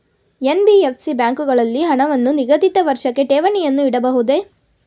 NBFC ಬ್ಯಾಂಕುಗಳಲ್ಲಿ ಹಣವನ್ನು ನಿಗದಿತ ವರ್ಷಕ್ಕೆ ಠೇವಣಿಯನ್ನು ಇಡಬಹುದೇ?